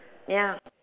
ya